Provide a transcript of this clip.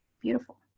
beautiful